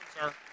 sir